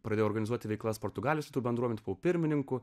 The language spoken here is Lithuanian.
pradėjau organizuoti veiklas portugalijoje tų bendruomenių pirmininkų